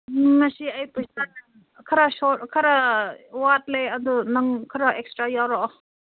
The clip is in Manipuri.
ꯉꯁꯤ ꯑꯩ ꯄꯩꯁꯥ ꯈꯔ ꯁꯣꯠ ꯈꯔ ꯋꯥꯠꯂꯦ ꯑꯗꯣ ꯅꯪ ꯈꯔ ꯑꯦꯛꯁꯇ꯭ꯔꯥ ꯌꯥꯎꯔꯛꯑꯣ